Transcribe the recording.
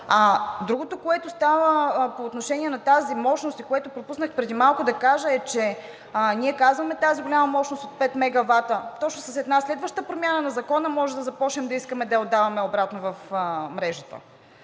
Другото по отношение на тази мощност и което пропуснах преди малко да кажа е, че ние казваме тази голяма мощност от 5 мегавата, точно с една следваща промяна на Закона можем да започнем да искаме да я отдаваме обратно в мрежата.